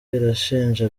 irashinja